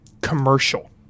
commercial